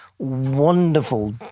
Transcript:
wonderful